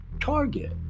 target